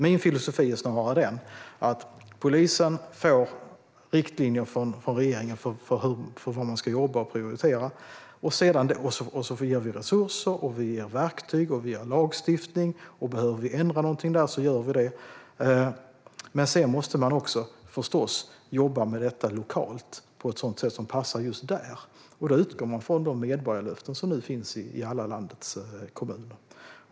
Min filosofi är snarare att polisen får riktlinjer från regeringen när det gäller hur man ska jobba och vad man ska prioritera, och vi ger resurser, verktyg och lagstiftning. Behöver vi ändra någonting där gör vi det. Men sedan måste man också förstås jobba med detta lokalt på ett sådant sätt som passar just där. Då utgår man från de medborgarlöften som nu finns i alla landets kommuner.